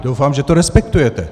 Doufám, že to respektujete.